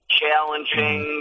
challenging